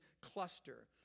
cluster